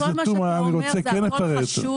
כל מה שאתה אומר זה הכול חשוב,